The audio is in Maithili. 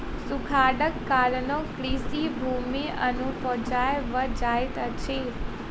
सूखाड़क कारणेँ कृषि भूमि अनुपजाऊ भ जाइत अछि